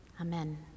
Amen